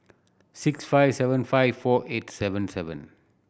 six five seven five four eight seven seven